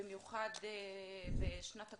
במיוחד בשנת הקורונה.